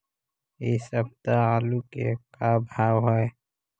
इ सप्ताह आलू के का भाव है?